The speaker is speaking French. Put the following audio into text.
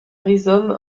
rhizome